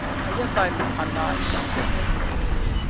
i guess i'm i'm not convinced that it is.